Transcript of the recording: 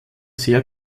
sehr